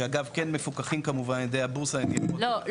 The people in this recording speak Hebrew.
שאגב כן מפוקחים כמובן על ידי הבורסה --- לא,